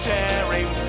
Tearing